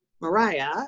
Mariah